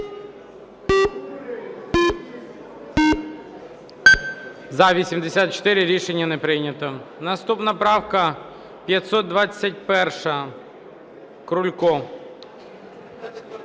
За-84 Рішення не прийнято. Наступна поправка 124. Крулько,